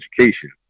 education